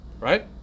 right